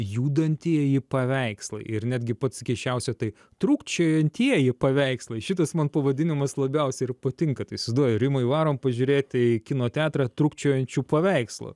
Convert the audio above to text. judantieji paveikslai ir netgi pats keisčiausia tai trūkčiojantieji paveikslai šitas man pavadinimas labiausiai ir patinka tai įsivaizduoji rimai varom pažiūrėti į kino teatrą trūkčiojančių paveikslų